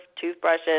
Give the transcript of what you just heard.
toothbrushes